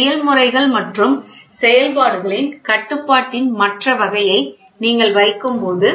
செயல்முறைகள் மற்றும் செயல்பாடுகளின் கட்டுப்பாட்டின் மற்ற வகையை நீங்கள் வைக்கும்போது